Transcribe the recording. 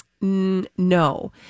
No